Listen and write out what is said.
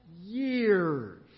years